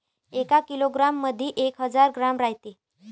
एका किलोग्रॅम मंधी एक हजार ग्रॅम रायते